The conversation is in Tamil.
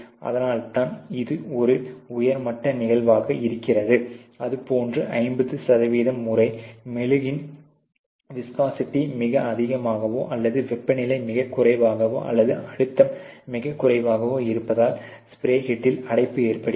அதனால்தான் இது ஒரு உயர் மட்ட நிகழ்வாக இருக்கிறது அதேபோன்று 50 முறை மெழுகின் விஸ்கோசிட்டி மிக அதிகமாகவோ அல்லது வெப்பநிலை மிகக் குறைவாகவோ அல்லது அழுத்தம் மிகக் குறைவாகவோ இருப்பதால் ஸ்ப்ரே ஹெட்டில் அடைப்பு ஏற்படுகிறது